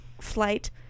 flight